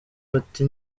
bati